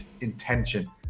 intention